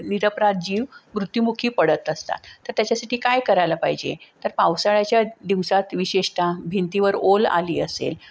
निरपराध जीव मृत्यूमुखी पडत असतात त त्याच्यासाठी काय करायला पाहिजे तर पावसाळ्याच्या दिवसात विशेषता भिंतीवर ओल आली असेल